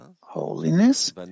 holiness